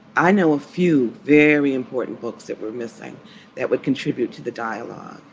i know a few very important books that were missing that would contribute to the dialogue.